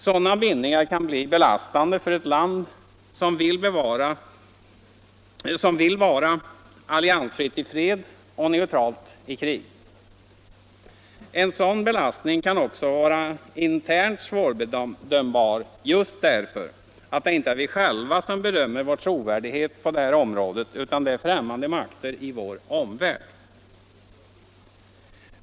Sådana bindningar kan bli belastande för ett land som vill vara alliansfritt i fred och neutralt i krig. En sådan belastning kan vara internt svårbedömbar just därför att det inte är vi själva som bedömer vår trovärdighet på detta område utan det är främmande makter i vår omvärld.